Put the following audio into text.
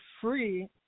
free